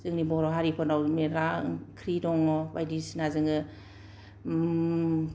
जोंनि बर' हारिफोरनाव मेरला ओंख्रि दंङ बायदिसिना जोङो उम